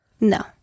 No